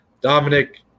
Dominic